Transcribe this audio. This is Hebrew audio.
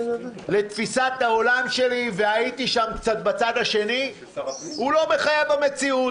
לתפיסת העולם שלי והייתי קצת בצד השני הוא לא מחייב המציאות.